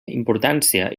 importància